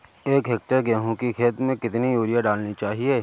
एक हेक्टेयर गेहूँ की खेत में कितनी यूरिया डालनी चाहिए?